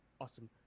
awesome